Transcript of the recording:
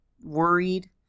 worried